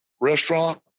restaurant